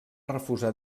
refusar